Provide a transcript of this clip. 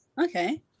okay